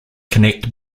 connect